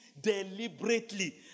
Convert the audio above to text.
deliberately